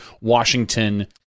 Washington